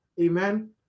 Amen